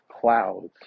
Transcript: clouds